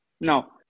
Now